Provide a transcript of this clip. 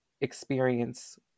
experience